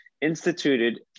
instituted